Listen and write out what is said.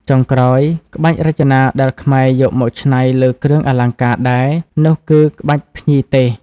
ចុងក្រោយ ក្បាច់រចនាដែលខ្មែរយកមកច្នៃលើគ្រឿងអលង្ការដែរ នោះគឺក្បាច់ភ្ញីទេស។